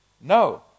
No